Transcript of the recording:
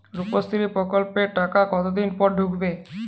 রুপশ্রী প্রকল্পের টাকা কতদিন পর ঢুকবে?